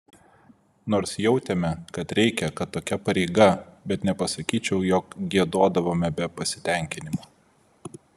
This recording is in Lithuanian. nors jautėme kad reikia kad tokia pareiga bet nepasakyčiau jog giedodavome be pasitenkinimo